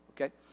okay